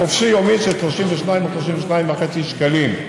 בחופשי יומי של 32 או 32.5 שקלים.